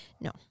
No